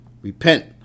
Repent